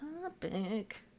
topic